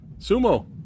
Sumo